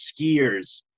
skiers